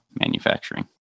manufacturing